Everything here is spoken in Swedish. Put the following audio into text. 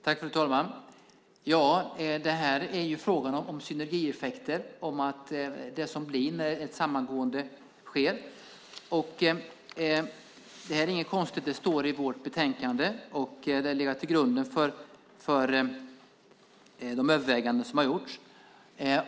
Fru talman! Det är fråga om synergieffekter när ett samgående sker. Det är inget konstigt. Det står i vårt betänkande. Det har legat till grund för de överväganden som har gjorts.